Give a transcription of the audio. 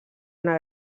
una